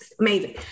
Amazing